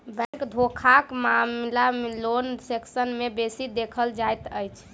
bank धोखाक मामिला loan section मे बेसी देखल जाइत अछि